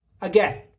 again